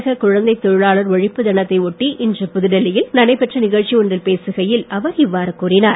உலக குழந்தை தொழிலாளர் ஒழிப்பு தினத்தை ஒட்டி இன்று புதுடெல்லியல் நடைபெற்ற நிகழ்ச்சி ஒன்றில் பேசுகையில் அவர் இவ்வாறு கூறினார்